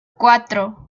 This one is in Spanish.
cuatro